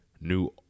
new